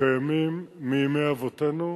קיימים מימי אבותינו,